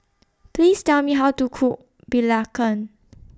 Please Tell Me How to Cook Belacan